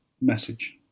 message